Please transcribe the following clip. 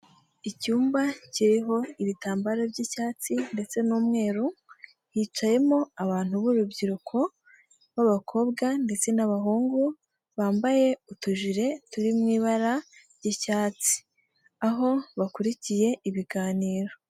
Icyumba kiriho ibitambararo by'icyatsi ndetse n'umweru, hicayemo abantu b'urubyiruko b'abakobwa ndetse n'abahungu, bambaye utujire turi mu ibara ry'icyatsi. Aho bakurikiye ibiganiro.